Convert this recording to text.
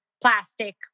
plastic